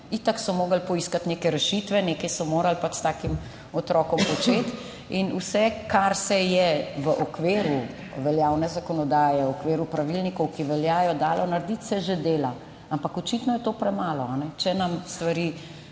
Itak so morali poiskati neke rešitve, nekaj so morali pač s takim otrokom početi. Vse, kar se je v okviru veljavne zakonodaje, v okviru pravilnikov, ki veljajo, dalo narediti, se že dela. Ampak očitno je to premalo. Če nam stvari